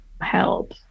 help